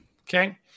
okay